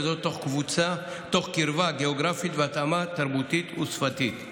וזאת תוך קרבה גיאוגרפית והתאמה תרבותית ושפתית.